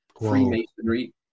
Freemasonry